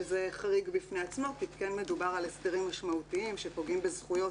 שזה חריג בפני עצמו כי כן מדובר על הסדרים משמעותיים שפוגעים בזכויות,